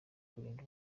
kurinda